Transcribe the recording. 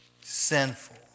sinful